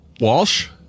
Walsh